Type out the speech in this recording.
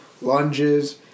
lunges